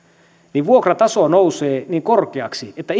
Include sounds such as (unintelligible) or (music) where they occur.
niin vuokrataso nousee niin korkeaksi että (unintelligible)